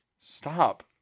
Stop